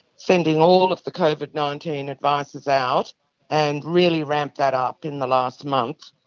sending all of the covid nineteen advisers out and really ramped that up in the last month.